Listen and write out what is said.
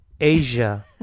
Asia